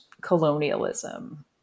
colonialism